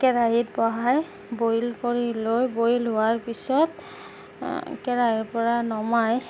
কেৰাহীত বহাই বইল কৰি লৈ বইল হোৱাৰ পিছত কেৰাহীৰ পৰা নমাই